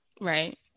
right